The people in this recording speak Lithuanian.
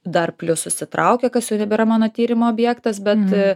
dar plius susitraukia kas jau nebėra mano tyrimo objektas bet